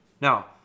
now